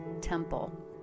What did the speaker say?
temple